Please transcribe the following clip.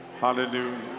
Hallelujah